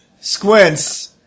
Squints